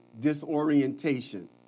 disorientation